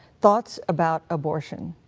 thoughts about abortion.